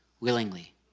willingly